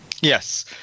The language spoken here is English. yes